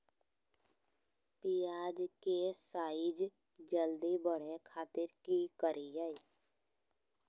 प्याज के साइज जल्दी बड़े खातिर की करियय?